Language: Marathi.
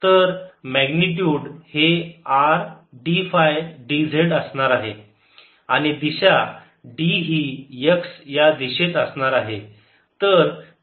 तर मॅग्निट्युड हे R d फाय dz असणार आहे आणि दिशा d ही x या दिशेत असणार आहे